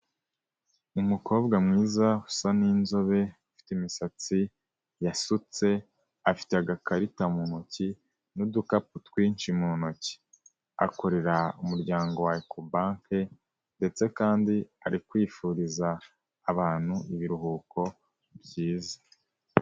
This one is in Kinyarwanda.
Umukobwa mwiza usa n'inzobe ufite imisatsi yasutse afite agakarita mu ntoki n'udukapu twinshi mu ntoki. Akorera umuryango wa Ekobanke ndetse kandi ari kwifuriza abantu ibiruhuko byiza.